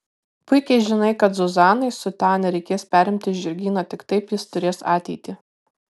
puikiai žinai kad zuzanai su tania reikės perimti žirgyną tik taip jis turės ateitį